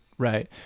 Right